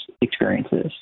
experiences